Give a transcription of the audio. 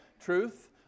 truth